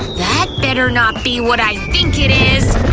that better not be what i think it is.